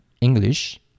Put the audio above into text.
English